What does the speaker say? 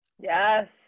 Yes